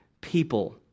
people